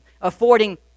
affording